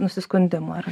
nusiskundimų ar